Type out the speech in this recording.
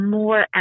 more